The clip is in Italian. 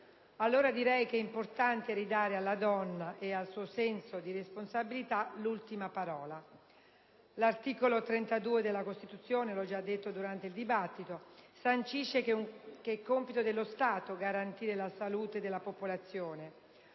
Allora direi che è importante ridare alla donna e al suo senso di responsabilità l'ultima parola. L'articolo 32 della Costituzione - come ho già sottolineato durante il dibattito - sancisce che è compito dello Stato garantire la salute della popolazione.